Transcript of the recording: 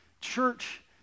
Church